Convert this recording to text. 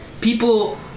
people